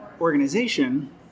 organization